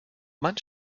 man